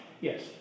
Yes